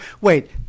wait